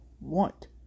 want